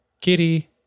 kitty